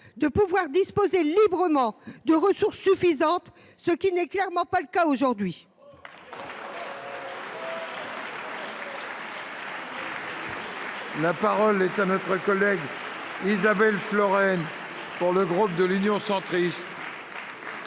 disposent librement de ressources suffisantes, ce qui n’est clairement pas le cas aujourd’hui. La parole est à Mme Isabelle Florennes, pour le groupe Union Centriste.